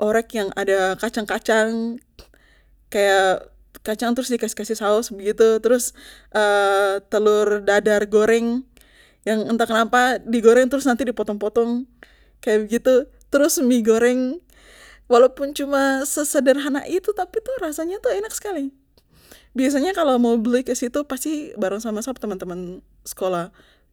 orek yang ada kacang kacang kaya kacang trus di kasih kasih saus begitu trus telur dadar goreng yang entah kenapa di goreng trus nanti di potong potong kaya begitu trus mie goreng walaupun cuma sesederhana itu tapi tuh rasanya tuh enak skali biasanya kalo mau beli kesitu pasti bareng sama sa pu teman teman skolah